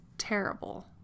terrible